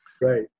Right